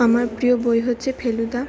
আমার প্রিয় বই হচ্ছে ফেলুদা